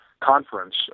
conference